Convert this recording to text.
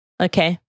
Okay